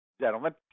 gentlemen